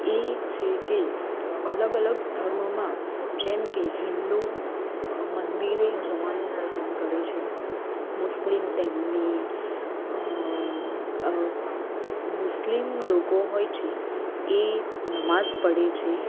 એ છે કે અલગ અલગ ધર્મમાં જેમકે હિન્દુ મંદિરે જવાનું પસંદ કરે છે મુસ્લિમ તેમની મુસ્લિમ લોકો હોય છે એ નમાઝ પઢે છે